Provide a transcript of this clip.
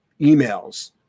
emails